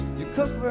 you cooked